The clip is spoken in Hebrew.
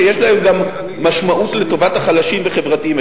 שיש להם גם משמעות לטובת החלשים וחברתיים,